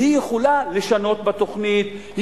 והיא יכולה לשנות את התוכנית,